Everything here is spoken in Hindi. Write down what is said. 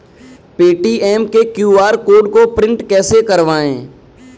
पेटीएम के क्यू.आर कोड को प्रिंट कैसे करवाएँ?